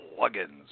plugins